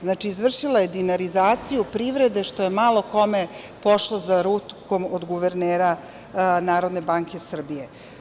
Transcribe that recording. Znači, izvršila je dinarizaciju privrede, što je malo kome pošlo za rukom od guvernera Narodne banke Srbije.